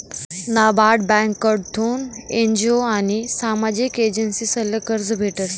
नाबार्ड ब्यांककडथून एन.जी.ओ आनी सामाजिक एजन्सीसले कर्ज भेटस